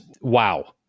wow